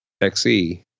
XE